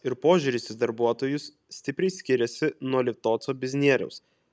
ir požiūris į darbuotojus stipriai skiriasi nuo litovco biznieriaus